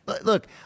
Look